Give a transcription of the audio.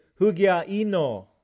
hugia'ino